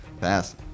Pass